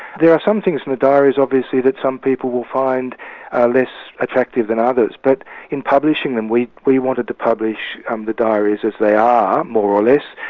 there are some things in the diaries obviously that some people will find less attractive than others, but in publishing them, we we wanted to publish um the diaries as they are, more or less,